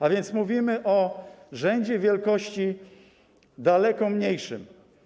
A więc mówimy o rzędzie wielkości daleko mniejszym.